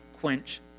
quench